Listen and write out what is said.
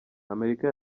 amerika